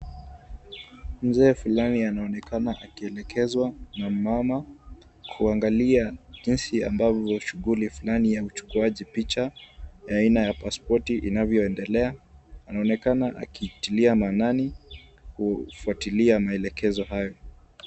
Mzee fulani anaonekana akielekezwa na mama kuangalia jinsi ambavyo shughuli fulani ya uchukuaji picha aina ya pasipoti inavyoendelea. Anaonekana akitilia maanani kufuatilia maelekezo hayo.